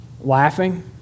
laughing